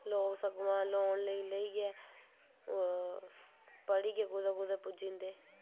लोक सगुआं लोन लेई लेइयै पढ़ियै कुतै कुतै पुज्जी जंदे